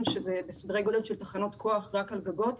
שזה בסדרי גודל של תחנות כוח רק גל גגות.